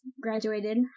graduated